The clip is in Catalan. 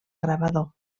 gravador